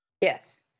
Yes